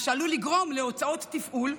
מה שעלול לגרום להוצאות תפעול,